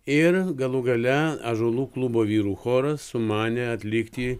ir galų gale ąžuolų klubo vyrų choras sumanė atlikti